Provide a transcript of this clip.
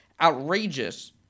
outrageous